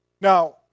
Now